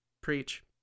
Preach